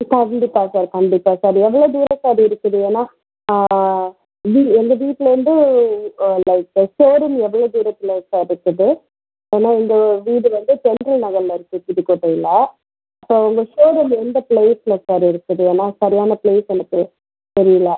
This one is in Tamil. கண்டிப்பாக சார் கண்டிப்பாக சார் எவ்வளோ தூரம் சார் இருக்குது ஏன்னா வீ எங்கள் வீட்டுலேருந்து லைக் ஷோரூம் எவ்வளோ தூரத்தில் சார் இருக்குது ஏன்னா எங்கள் வீடு வந்து தென்றல் நகரில் இருக்குது புதுக்கோட்டையில் இப்போ உங்கள் ஷோரூம் எந்த பிளேஸில் சார் இருக்குது ஏன்னா சரியான ப்ளேஸ் எனக்கு தெரியல